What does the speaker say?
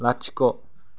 लाथिख'